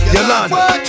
Yolanda